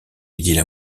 idylle